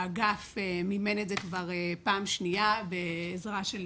האגף מימן את זה כבר פעם שנייה בעזרה של